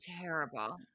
terrible